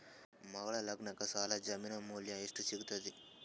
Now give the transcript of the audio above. ಮಗಳ ಲಗ್ನಕ್ಕ ಸಾಲ ಜಮೀನ ಮ್ಯಾಲ ಎಷ್ಟ ಸಿಗ್ತದ್ರಿ?